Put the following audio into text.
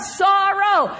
sorrow